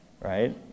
Right